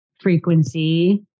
frequency